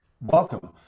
Welcome